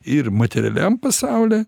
ir materialiam pasaulyje